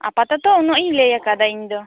ᱟᱯᱟᱛᱚᱛᱚ ᱩᱱᱟᱹᱜ ᱤᱧ ᱞᱟᱹᱭ ᱠᱟᱫᱟ ᱤᱧ ᱫᱚ